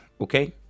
Okay